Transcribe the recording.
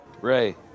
Ray